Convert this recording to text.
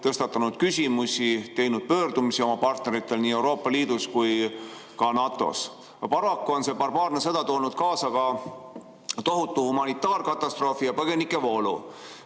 tõstatanud küsimusi, teinud pöördumisi oma partneritele nii Euroopa Liidus kui ka NATO‑s. Paraku on see barbaarne sõda toonud kaasa ka tohutu humanitaarkatastroofi ja põgenikevoolu.